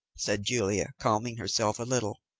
said julia, calming herself a little,